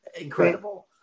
incredible